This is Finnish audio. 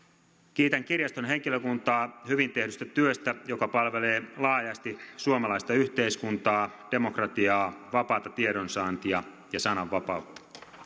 kiitän kirjaston henkilökuntaa hyvin tehdystä työstä joka palvelee laajasti suomalaista yhteiskuntaa demokratiaa vapaata tiedonsaantia ja sananvapautta